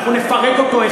אנחנו נפרק אותו,